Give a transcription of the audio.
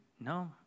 no